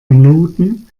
minuten